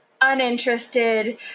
uninterested